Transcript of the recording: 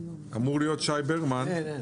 שי ברמן אמור להיות.